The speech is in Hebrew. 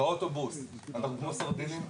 באוטובוס אנחנו כמו סרדינים,